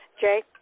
Jay